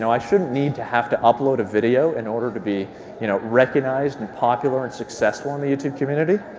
i shouldn't need to have to upload a video in order to be you know recognized and popular and successful in the youtube community.